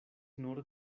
nur